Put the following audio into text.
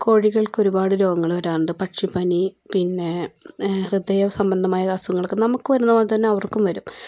കോഴികൾക്ക് ഒരുപാട് രോഗങ്ങൾ വരാറുണ്ട് പക്ഷി പനി പിന്നെ ഹൃദയ സംബന്ധമായ അസുഖങ്ങൾ നമുക്ക് വരുന്നത് പോലെ അവർക്കും വരും